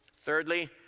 Thirdly